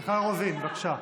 מיכל רוזין, בבקשה.